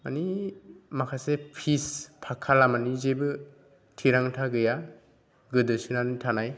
मानि माखासे फिस पाक्का लामानि जेबो थिरांथा गैया गोदोसोनानै थानाय